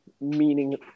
meaning